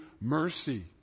mercy